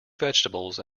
vegetables